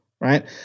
right